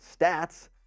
stats